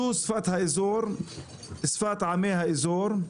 זו שפת האזור, שפת עמי האזור,